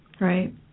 Right